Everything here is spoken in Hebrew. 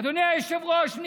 אדוני היושב-ראש,